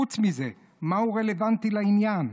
חוץ מזה, מה הוא רלוונטי לעניין?